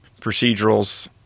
procedurals